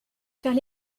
faire